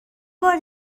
بار